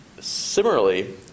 Similarly